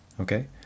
Okay